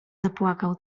zapłakał